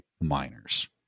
miners